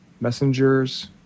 messengers